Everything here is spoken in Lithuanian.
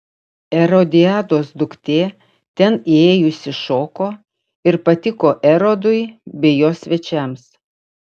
erodiados duktė ten įėjusi šoko ir patiko erodui bei jo svečiams